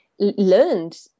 learned